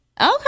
Okay